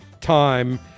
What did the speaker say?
time